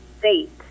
fate